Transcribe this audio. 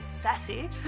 sassy